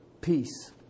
peace